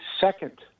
second